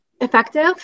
effective